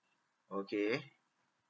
okay